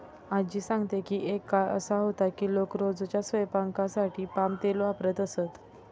आज्जी सांगते की एक काळ असा होता की लोक रोजच्या स्वयंपाकासाठी पाम तेल वापरत असत